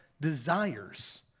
desires